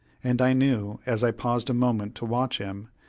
and i knew, as i paused a moment to watch him,